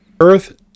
Earth